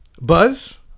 Buzz